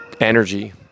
energy